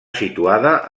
situada